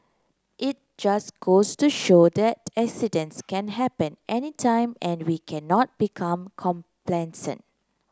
it just goes to show that accidents can happen anytime and we cannot become complacent